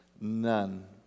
None